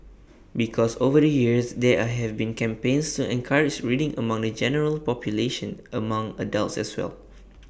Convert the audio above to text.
because over the years there have been campaigns to encourage reading among the general population among adults as well